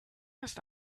ist